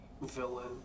villain